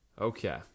Okay